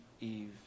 Eve